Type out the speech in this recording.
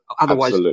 otherwise